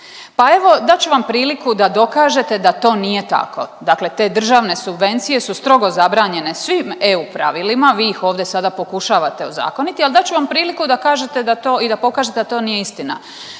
Pa evo dat ću vam priliku da dokažete da to nije tako. Dakle te državne subvencije su strogo zabranjene svim EU pravilima. Vi ih ovdje sada pokušavate ozakoniti, ali dat ću vam priliku da kažete i da pokažete da to nije istina.